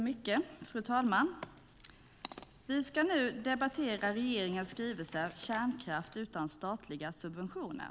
Fru talman! Vi ska nu debattera regeringens skrivelse Kärnkraft utan statliga subventioner .